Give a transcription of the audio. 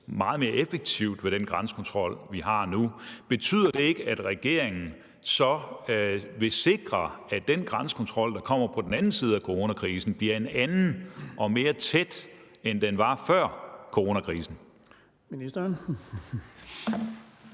meget mere effektivt med den grænsekontrol, vi har nu, betyder det så ikke, at regeringen vil sikre, at den grænsekontrol, der kommer på den ene side af coronakrisen, bliver en anden og mere tæt grænsekontrol end den, der var før coronakrisen?